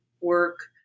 work